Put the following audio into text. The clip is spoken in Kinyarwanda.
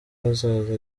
hazaza